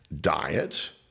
diet